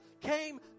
came